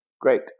Great